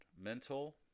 mental